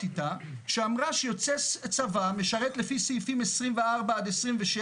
איתה שאמרה שיוצא צבא משרת לפי סעיפים 24 עד 26,